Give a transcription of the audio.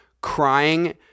crying